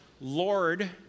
Lord